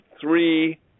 three